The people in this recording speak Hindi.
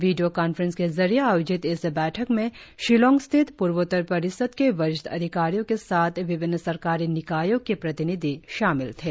वीडियों कांफेंस के जरिए आयोजित इस बैठक में शिलांग स्थित पूर्वोत्तर परिषद के वरिष्ठ अधिकारियों के साथ विभिन्न सरकारी निकायों के प्रतिनिधि शामिल थे